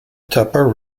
tupper